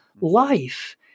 Life